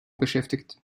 beschäftigt